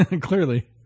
Clearly